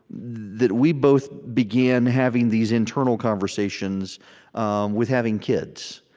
that we both began having these internal conversations um with having kids.